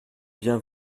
bien